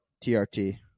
TRT